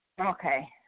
Okay